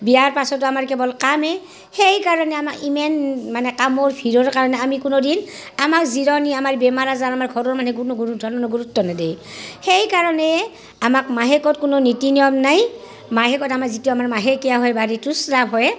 বিয়াৰ পাছতো আমাৰ কেৱল কামেই সেই কাৰণে আমাৰ ইমেন মানে কামৰ ভীৰৰ কাৰণে আমি কোনোদিন আমাৰ জিৰণি আমাৰ বেমাৰ আজাৰ আমাৰ ঘৰৰ মানে কোনো কোনোধৰণৰ মানে গুৰুত্ব নিদেই সেই কাৰণে আমাক মাহেকত কোনো নীতি নিয়ম নাই মাহেকত আমাৰ যিটো আমাৰ মাহেকীয়া হয় বা ঋতুস্ৰাৱ হয়